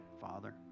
Father